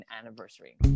anniversary